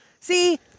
See